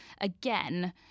again